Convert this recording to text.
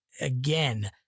again